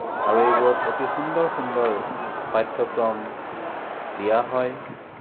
আৰু এইবোৰত অতি সুন্দৰ সুন্দৰ পাঠ্যক্ৰম দিয়া হয়